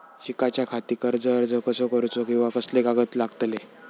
शिकाच्याखाती कर्ज अर्ज कसो करुचो कीवा कसले कागद लागतले?